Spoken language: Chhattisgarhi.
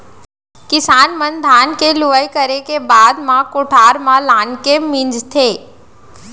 किसान मन धान के लुवई करे के बाद म कोठार म लानके मिंजथे